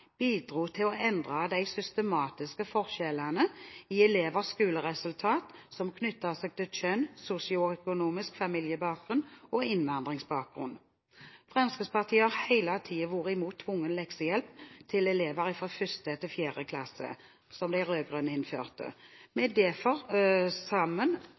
bidro til å endre de systematiske forskjellene i elevers skoleresultater som knytter seg til kjønn, sosioøkonomisk familiebakgrunn og innvandringsbakgrunn. Fremskrittspartiet har hele tiden vært imot tvungen leksehjelp til elever i 1.–4. klasse, som de rød-grønne innførte. Vi er derfor, sammen med